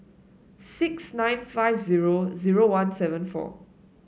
six nine five zero zero one seven four